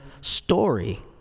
story